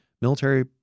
military